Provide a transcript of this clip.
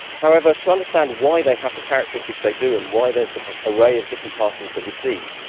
however, to understand why they have the characteristics they do and why there's the array of different particles that we see,